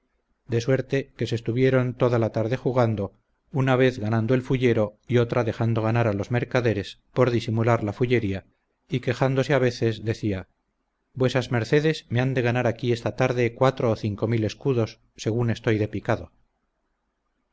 de suerte que se estuvieron toda la tarde jugando una vez ganando el fullero y otra dejando ganar a los mercaderes por disimular la fullería y quejándose a veces decía vuesas mercedes me han de ganar aquí esta tarde cuatro o cinco mil escudos según estoy de picado